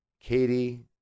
Katie